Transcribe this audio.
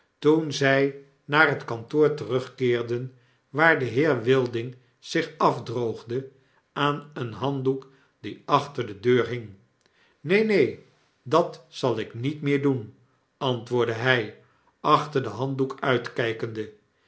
toen zij naar het kantoor terugkeerden waar de heer wilding zich afdroogde aaneenhanddoek die achter de deur hing neen neen dat zal ik niet meer doen antwoordde hy achter den handdoek uitkykende